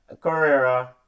Carrera